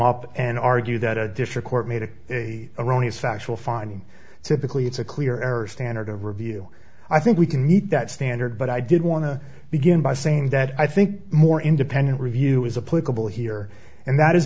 up and argue that a dish of court made a erroneous factual finding typically it's a clear error standard of review i think we can meet that standard but i did want to begin by saying that i think more independent review is a political here and that is